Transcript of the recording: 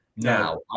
Now